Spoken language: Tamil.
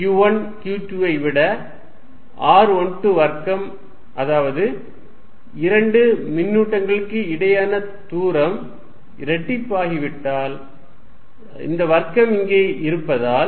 q1 q2 ஐ விட r12 வர்க்கம் அதாவது இரண்டு மின்னூட்டங்களுக்கு இடையேயான தூரம் இரட்டிப்பாகிவிட்டால் இந்த வர்க்கம் இங்கே இருப்பதால்